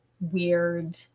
weird